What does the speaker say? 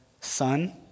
son